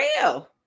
real